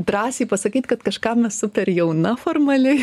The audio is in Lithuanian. drąsiai pasakyti kad kažkam esu per jauna formaliai